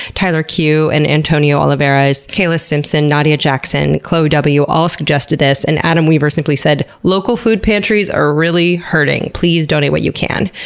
tyler q and antonio olivares, kayla simpson, nadja jackson, chloe w all suggested this, and adam weaver simply said local food pantries are really hurting. please donate what you can.